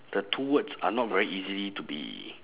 the two words are not very easily to be